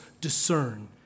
discern